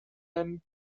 and